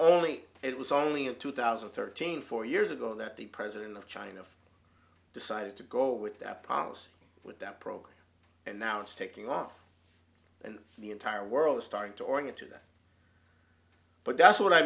only it was only in two thousand and thirteen four years ago that the president of china decided to go with that policy with that program and now it's taking off and the entire world is starting to order you to that but that's what i